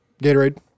Gatorade